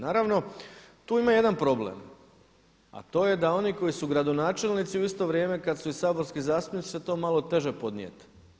Naravno tu ima jedan problem, a to je da oni koji su gradonačelnici u isto vrijeme kad su i saborski zastupnici će to malo teže podnijeti.